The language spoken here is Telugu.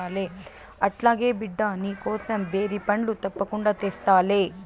అట్లాగే బిడ్డా, నీకోసం బేరి పండ్లు తప్పకుండా తెస్తాలే